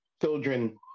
children